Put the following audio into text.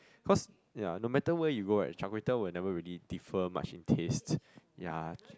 cause ya no matter where you go right char-kway-teow will never really differ much in taste ya